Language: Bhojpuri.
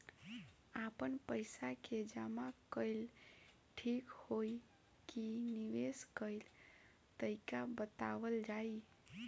आपन पइसा के जमा कइल ठीक होई की निवेस कइल तइका बतावल जाई?